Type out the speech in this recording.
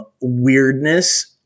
weirdness